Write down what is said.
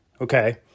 okay